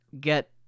get